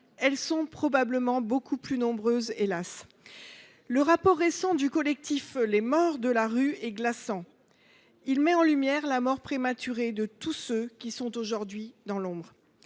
est probablement beaucoup plus important, hélas ! Le rapport récent du collectif Les Morts de la rue est glaçant. Il met en lumière la mort prématurée de tous ceux qui sont aujourd’hui dans l’ombre.